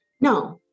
No